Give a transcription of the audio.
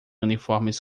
uniformes